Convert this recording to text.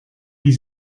wie